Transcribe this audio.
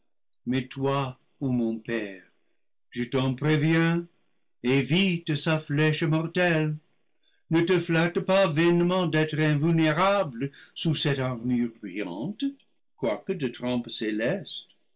toi ô mon père je t'en préviens évite sa flèche mortelle ne te flatte pas vainement d'être invulnérable sous cette ar mure brillante quoique de trempe